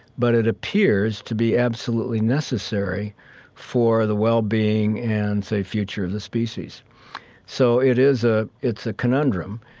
but it appears to be absolutely necessary for the well-being and, say, future of the species so it is a it's a conundrum,